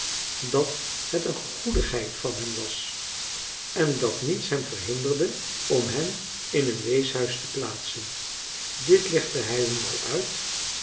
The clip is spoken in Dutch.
dat het een goedigheid van hem was en dat niets hem verhinderde om hen in een weeshuis te plaatsen dit legde hij hun al uit